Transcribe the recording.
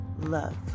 love